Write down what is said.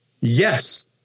yes